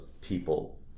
people